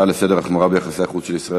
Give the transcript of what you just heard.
ההצעה לסדר-היום: החמרה ביחסי החוץ של ישראל